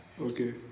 Okay